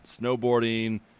snowboarding